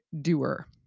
doer